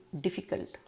difficult